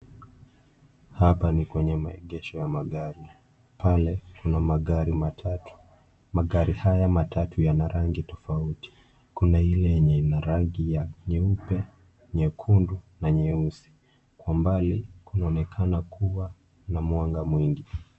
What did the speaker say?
Hapa ni kwenye maegesho wa magari. Pale, kuna magari matatu, magari haya matatu yana rango tofauti. Kuna ile yenye ina rangi ya nyeupe, nyekundu na nyeusi. Kwa mbali, kunaonekana kuwa na mwanga mwingi.